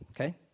okay